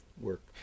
work